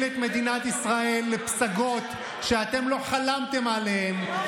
את מדינת ישראל לפסגות שאתם לא חלמתם עליהן,